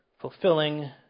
fulfilling